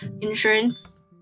insurance